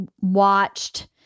watched